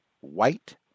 White